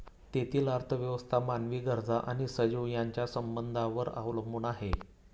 तेथील अर्थव्यवस्था मानवी गरजा आणि सजीव यांच्या संबंधांवर अवलंबून आहे